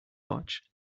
watch